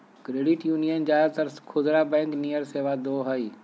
credit union ज्यादातर खुदरा bank नियर सेवा दो हइ